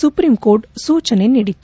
supreme court ಸೂಚನೆ ನೀಡಿತ್ತು